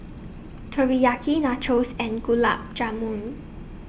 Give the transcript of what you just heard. Teriyaki Nachos and Gulab Jamun